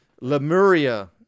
Lemuria